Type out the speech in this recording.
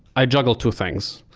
i juggle two things.